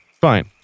fine